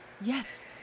Yes